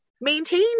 Maintain